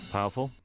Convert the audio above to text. Powerful